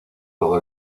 todo